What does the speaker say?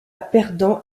perdant